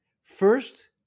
First